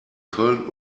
köln